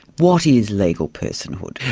what is legal personhood?